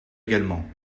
également